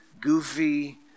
goofy